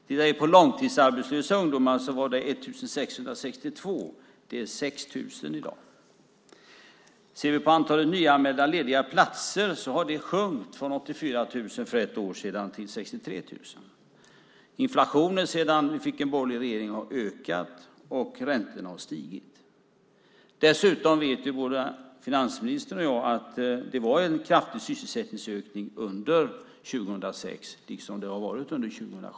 Antalet långtidsarbetslösa ungdomar var 1 662, och i dag är det 6 000. Antalet nyanmälda lediga platser har sjunkit från 84 000 för ett år sedan till 63 000. Sedan vi fick en borgerlig regering har inflationen ökat, och räntorna har stigit. Dessutom vet både finansministern och jag att det var en kraftig sysselsättningsökning under 2006, liksom det har varit under 2007.